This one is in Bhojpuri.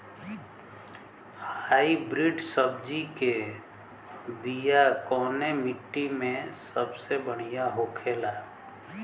हाइब्रिड सब्जी के बिया कवने मिट्टी में सबसे बढ़ियां होखे ला?